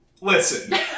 listen